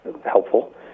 helpful